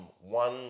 one